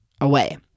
away